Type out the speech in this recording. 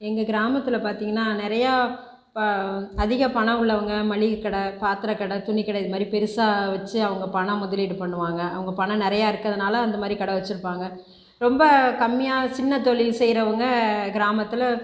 எங்கள் கிராமத்தில் பார்த்தீங்கன்னா நிறையா ப அதிக பணம் உள்ளவங்கள் மளிகை கடை பாத்திரக் கடை துணிக் கடை இது மாதிரி பெருசாக வச்சு அவங்க பணம் முதலீடு பண்ணுவாங்கள் அவங்க பணம் நிறைய இருக்கிறதுனால அந்த மாதிரி கடை வச்சுருப்பாங்க ரொம்ப கம்மியாக சின்ன தொழில் செய்கிறவங்க கிராமத்தில்